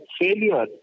failure